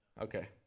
Okay